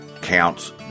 Counts